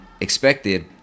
expected